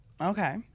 Okay